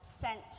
sent